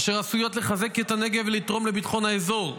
אשר עשויות לחזק את הנגב ולתרום לביטחון האזור,